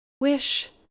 wish